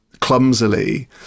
clumsily